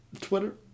Twitter